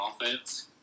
offense